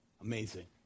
Amazing